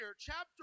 Chapter